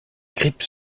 grippe